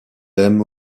aime